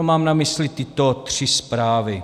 Mám na mysli tyto tři zprávy.